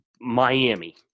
Miami